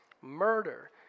murder